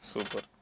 Super